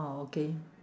orh okay